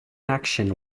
action